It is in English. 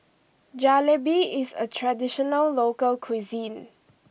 Jalebi is a traditional local cuisine